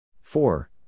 Four